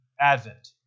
Advent